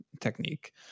technique